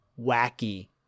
wacky